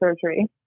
surgery